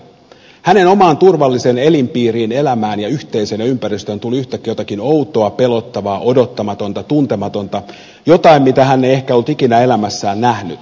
hänen omaan turvalliseen elinpiiriinsä elämäänsä ja yhteisöönsä ja ympäristöön tuli yhtäkkiä jotakin outoa pelottavaa odottamatonta tuntematonta jotain mitä hän ei ehkä ollut ikinä elämässään nähnyt